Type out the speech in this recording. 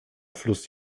fluss